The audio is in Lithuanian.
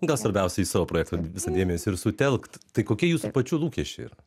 gal svarbiausia į savo projektą visą dėmesį ir sutelkt tai kokie jūsų pačių lūkesčiai yra